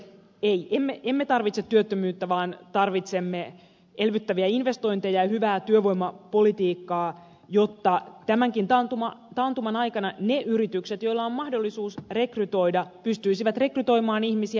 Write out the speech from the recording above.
ei emme tarvitse työttömyyttä vaan tarvitsemme elvyttäviä investointeja ja hyvää työvoimapolitiikkaa jotta tämänkin taantuman aikana ne yritykset joilla on mahdollisuus rekrytoida pystyisivät rekrytoimaan ihmisiä